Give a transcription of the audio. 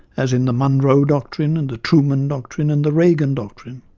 as in the monroe doctrine, and the truman doctrine and the reagan doctrine.